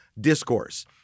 discourse